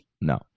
No